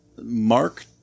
Mark